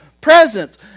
presence